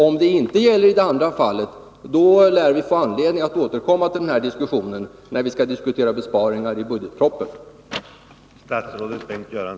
Om det inte gäller i det andra fallet, lär vi få anledning att återkomma till detta när vi skall diskutera besparingar i budgetpropositionen.